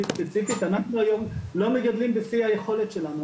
ספציפית שאנחנו היום לא מגדלים בשיא היכולת שלנו.